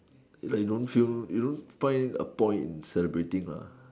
like you don't feel you don't find a point in celebrating lah